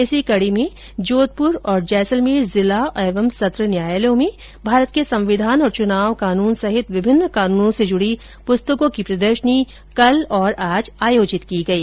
इसी कडी में जोधपुर और जैसलमेर जिला एवं संत्र न्यायालयों में भारत के संविधान और चुनाव कानून सहित विभिन्न कानूनों से जुडी पुस्तकों की प्रदर्शनी कल और आज आयोजित की गई